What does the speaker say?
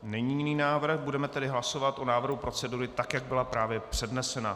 Není jiný návrh, budeme tedy hlasovat o návrhu procedury tak, jak byla právě přednesena.